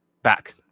back